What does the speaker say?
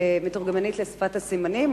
מתורגמנית לשפת הסימנים,